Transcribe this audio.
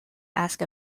ask